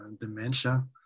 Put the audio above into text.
dementia